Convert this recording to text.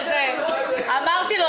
אמרתי לו.